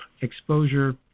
exposure